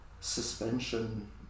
suspension